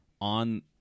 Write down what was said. on